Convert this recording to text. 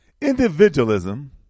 Individualism